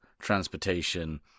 transportation